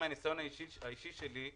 מהניסיון האישי שלי,